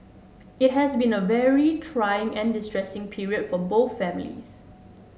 it has been a very trying and distressing period for both families